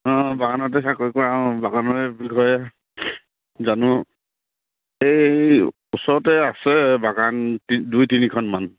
অঁ বাগানতে চাকৰি কৰা অঁ বাগানৰ বিষয়ে জানো এই ওচৰতে আছে বাগান দুই তিনিখনমান